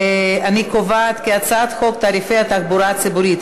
אני קובעת כי חוק תעריפי התחבורה הציבורית,